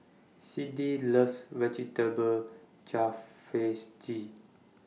Siddie loves Vegetable